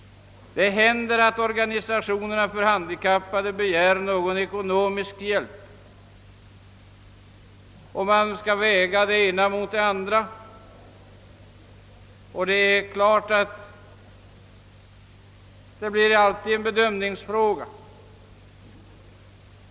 Det händer att de handikappades organisationer begär någon ekonomisk hjälp. Man väger det ena behovet mot det andra, och det är klart att det hela alltid blir en bedömningsfråga.